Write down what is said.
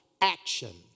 action